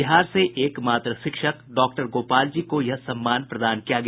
बिहार से एकमात्र शिक्षक डाक्टर गोपाल जी को यह सम्मान प्रदान किया गया